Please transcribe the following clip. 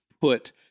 put